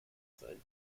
sein